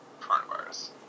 coronavirus